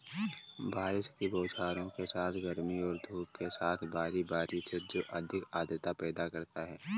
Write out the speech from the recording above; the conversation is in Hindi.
बारिश की बौछारों के साथ गर्मी और धूप के साथ बारी बारी से जो अत्यधिक आर्द्रता पैदा करता है